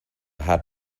had